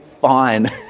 fine